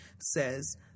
says